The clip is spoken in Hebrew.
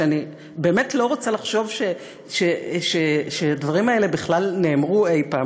אני באמת לא רוצה לחשוב שהדברים האלה בכלל נאמרו אי-פעם,